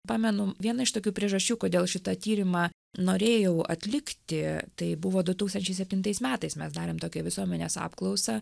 pamenu vieną iš tokių priežasčių kodėl šitą tyrimą norėjau atlikti tai buvo du tūkstančiai septintais metais mes darėm tokią visuomenės apklausą